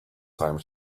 time